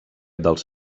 dels